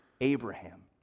Abraham